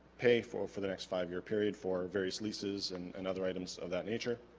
pay for for the next five-year period for various leases and and other items of that nature